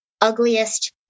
ugliest